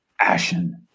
Ashen